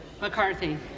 McCarthy